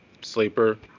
sleeper